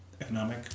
economic